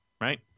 right